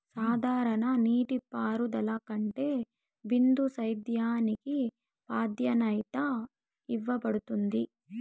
సాధారణ నీటిపారుదల కంటే బిందు సేద్యానికి ప్రాధాన్యత ఇవ్వబడుతుంది